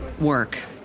work